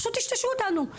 פשוט טשטשו אותנו,